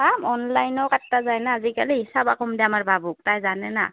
পাম অনলাইনো কাটবা পায় না আজিকালি চাবা কম দেই আমাৰ বাবুক তাই জানে না